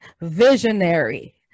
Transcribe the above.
visionary